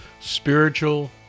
spiritual